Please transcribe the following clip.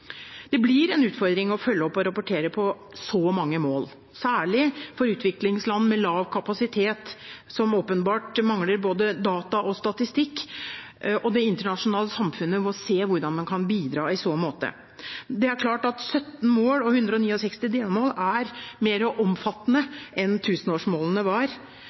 Det blir en utfordring å følge opp og rapportere om så mange mål, særlig for utviklingsland med lav kapasitet, som åpenbart mangler både data og statistikk, og det internasjonale samfunnet må se hvordan man kan bidra i så måte. Det er klart at 17 mål og 169 delmål er mer omfattende enn tusenårsmålene var.